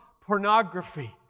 pornography